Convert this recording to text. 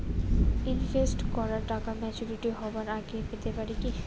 Invest করা টাকা maturity হবার আগেই পেতে পারি কি?